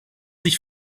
sich